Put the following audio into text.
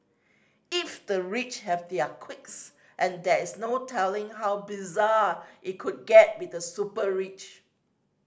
if the rich have their quirks and there is no telling how bizarre it could get with the super rich